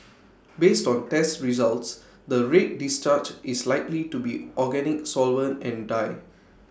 based on test results the red discharge is likely to be organic solvent and dye